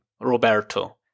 Roberto